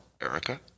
Erica